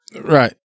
Right